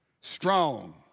strong